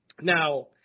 Now